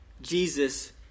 Jesus